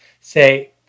Say